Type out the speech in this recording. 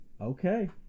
Okay